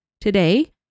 today